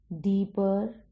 deeper